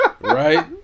Right